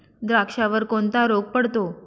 द्राक्षावर कोणता रोग पडतो?